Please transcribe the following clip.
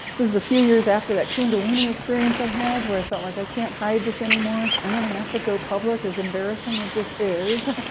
this is a few years after that kundalini experience i had, where i felt like i can't hide this anymore i'm going to have to go public, as embarrassing as this is,